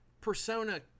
Persona